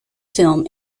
film